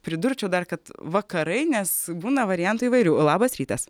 pridurčiau dar kad vakarai nes būna variantų įvairių labas rytas